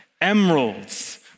emeralds